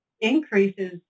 increases